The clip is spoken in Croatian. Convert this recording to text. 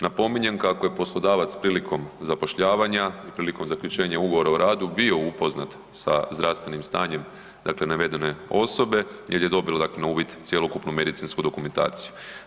Napominjem kako je poslodavac prilikom zapošljavanja i prilikom zaključenja ugovora o radu bio upoznat sa zdravstvenim stanjem, dakle, navedene osobe jer je dobila, dakle na uvid cjelokupnu medicinsku dokumentaciju.